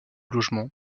logement